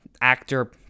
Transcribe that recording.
actor